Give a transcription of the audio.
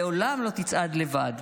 לעולם לא תצעד לבד.